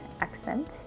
accent